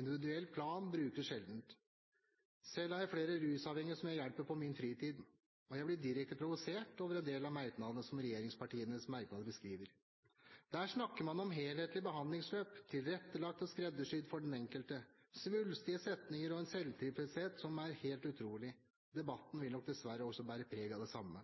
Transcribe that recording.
Individuell plan brukes sjelden. Selv har jeg flere rusavhengige som jeg hjelper på min fritid, og jeg blir direkte provosert over en del av merknadene som regjeringspartienes merknader beskriver. Der snakker man om helhetlig behandlingsløp, tilrettelagt og skreddersydd for den enkelte – svulstige setninger og en selvtilfredshet som er helt utrolig. Debatten vil nok dessverre også bære preg av det samme.